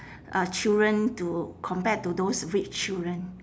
uh children to compared to those rich children